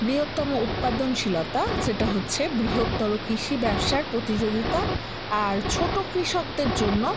বৃহত্তম উৎপাদনশীলতা যেটা হচ্ছে বৃহত্তর কৃষি ব্যবসার প্রতিযোগিতা আর ছোটো কৃষকদের জন্য